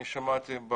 אני שמעתי,